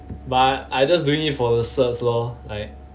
but I I just doing it for the certs lor like